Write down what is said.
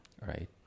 right